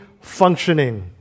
functioning